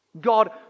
God